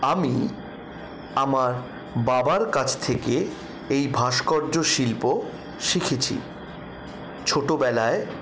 আমি আমার বাবার কাছ থেকে এই ভাস্কর্য্য শিল্প শিখেছি ছোটোবেলায়